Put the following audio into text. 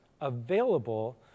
available